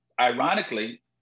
ironically